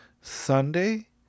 Sunday